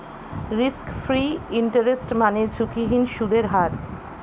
risk free interest মানে ঝুঁকিহীন সুদের হার